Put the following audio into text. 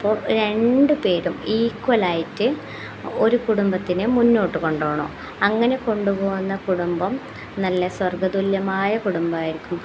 അപ്പോൾ രണ്ട് പേരും ഈക്വലായിറ്റ് ഒരു കുടുംബത്തിന് മുന്നോട്ട് കൊണ്ട് പോകണം അങ്ങനെ കൊണ്ട് പോകുന്ന കുടുംബം നല്ല സ്വർഗ്ഗ തുല്യമായ കുടുംബമായിരിക്കും